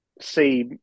see